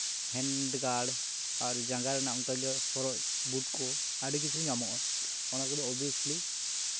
hand guard ᱟᱨ ᱡᱟᱸᱜᱟ ᱨᱮᱱᱟᱜ ᱚᱱᱠᱟᱜᱮ ᱦᱚᱨᱚᱜ ᱵᱩᱴ ᱠᱚ ᱟᱹᱰᱤ ᱠᱤᱪᱷᱩ ᱧᱟᱢᱚᱜᱼᱟ ᱚᱱᱟ ᱠᱚᱫᱚ ᱳᱵᱤᱭᱮᱥᱞᱤ